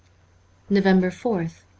november fourth